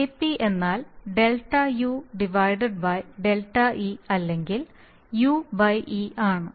KP എന്നാൽΔ u Δ e അല്ലെങ്കിൽ u e ആണ്